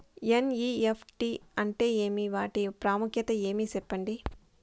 NEFT అంటే ఏమి వాటి ప్రాముఖ్యత ఏమి? సెప్పండి?